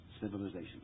civilization